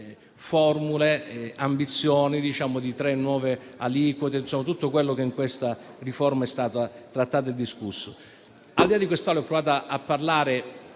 formule e ambizioni, con le tre nuove aliquote e tutto quello che in questa riforma è stato trattato e discusso.